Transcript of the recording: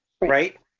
right